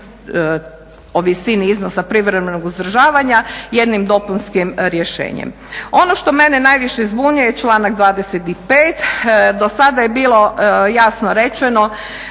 o visini iznosa privremenog uzdržavanja jednim dopunskim rješenjem. Ono što mene najviše zbunjuje je članak 25., do sada je bilo jasno rečeno